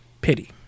Pity